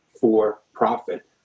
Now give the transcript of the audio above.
for-profit